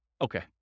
Okay